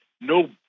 no